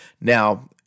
Now